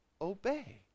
obey